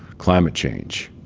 climate change